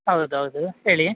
ಹೌದು ಹೌದು ಹೇಳಿ